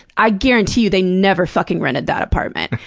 i guarantee you, they never fucking rented that apartment.